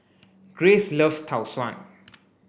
Grayce loves Tau Suan